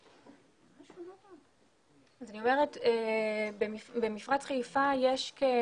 את שאר המפעלים אנחנו